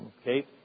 Okay